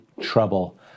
trouble